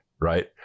right